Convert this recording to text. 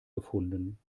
gefunden